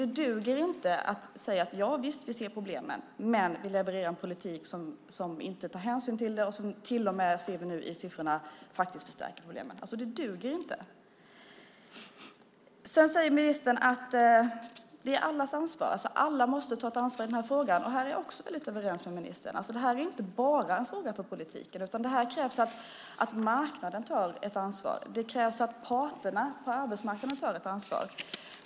Det duger inte att säga att man visst ser problemen men att man levererar en politik som inte tar hänsyn till dem och som faktiskt förstärker problemen, vilket vi nu ser av siffrorna. Det duger inte. Sedan säger ministern att det är allas ansvar, alltså att alla måste ta ett ansvar i denna fråga. Också här är jag väldigt överens med ministern. Detta är inte bara en fråga för politiken, utan här krävs det att marknaden tar ett ansvar. Det krävs att parterna på arbetsmarknaden tar ett ansvar.